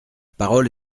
parole